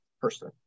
person